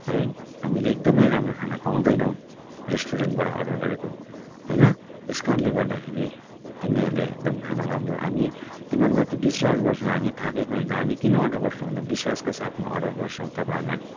है हामीले एकदमै राम्रो खाना पाउँदैनौँ रेस्टुरेन्टबाट अर्डर गरेको होइन त्यस कारणले गर्दाखेरि तिमीहरूले एकदम खाना राम्रो हामी तिमीहरूमाथि विश्वास गर्छौँ हामी थाकेको हुन्छ हामी किन अर्डर गर्छौँ भन्दा विश्वासको साथमा अर्डर गर्छौँ तपाईँहरूलाई